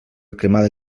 cremada